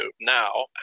now